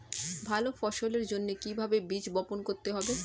ভালো ফসলের জন্য কিভাবে বীজ বপন করতে হবে?